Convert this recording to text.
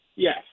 Yes